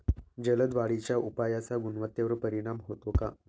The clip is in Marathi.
जलद वाढीच्या उपायाचा गुणवत्तेवर परिणाम होतो का?